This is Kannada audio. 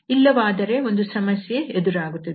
ಇಲ್ಲವಾದರೆ ಒಂದು ಸಮಸ್ಯೆ ಎದುರಾಗುತ್ತದೆ